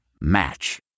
Match